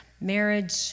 Marriage